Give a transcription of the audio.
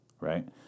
right